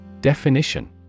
Definition